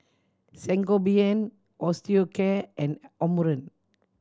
Sangobion Osteocare and Omron